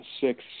six